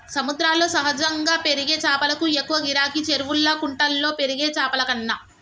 సముద్రాల్లో సహజంగా పెరిగే చాపలకు ఎక్కువ గిరాకీ, చెరువుల్లా కుంటల్లో పెరిగే చాపలకన్నా